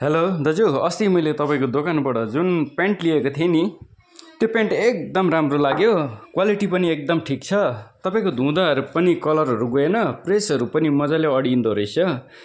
hello दाजु अस्ति मैले तपाईँको दोकानबाट जुन प्यान्ट लिएको थिएँ नि त्यो प्यान्ट एकदम राम्रो लाग्यो क्वालिटी पनि एकदम ठिक छ तपाईँको धुँदाहरू पनि कलरहरू गएन प्रेस पनि मजाले अडिँदो रहेछ